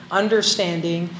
understanding